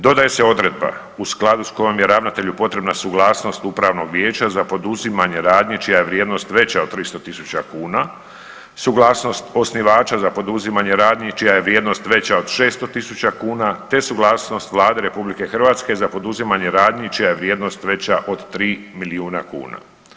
Dodaje se odredba u skladu s kojom je ravnatelju potrebna suglasnost upravnog vijeća za poduzimanje radnji čija je vrijednost veća od 300.000 kuna, suglasnost osnivača za poduzimanje radnji čija je vrijednost veća od 600.000 kuna te suglasnost Vlade RH za poduzimanje radnji čija je vrijednost veća od 3 milijuna kuna.